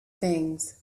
things